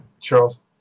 Charles